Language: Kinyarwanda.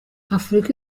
afurika